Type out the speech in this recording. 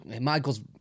Michael's